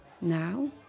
Now